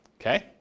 Okay